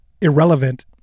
irrelevant